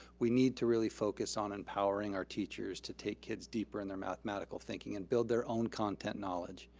we need to really focus on empowering our teachers to take kids deeper in their mathematical thinking and build their own content knowledge.